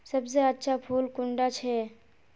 सबसे अच्छा फुल कुंडा छै?